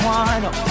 one